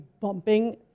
bumping